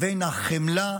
לבין החמלה,